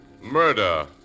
Murder